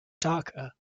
dhaka